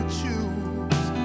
choose